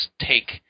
take